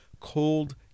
cold